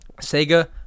Sega